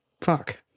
Fuck